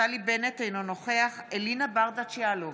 נפתלי בנט, אינו נוכח אלינה ברדץ' יאלוב,